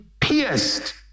pierced